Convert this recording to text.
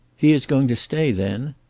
he is going to stay, then?